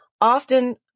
often